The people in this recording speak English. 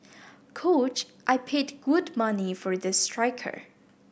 coach I paid good money for this striker